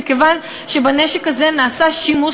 מכיוון שבנשק הזה נעשה שימוש,